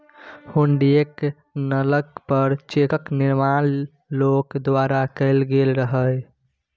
हुंडीयेक नकल पर चेकक निर्माण लोक द्वारा कैल गेल रहय